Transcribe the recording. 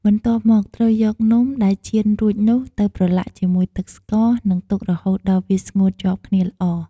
បន្ទាប់មក ត្រូវយកនំដែលចៀនរួចនោះទៅប្រឡាក់ជាមួយទឹកស្ករ និងទុករហូតដល់វាស្ងួតជាប់គ្នាល្អ។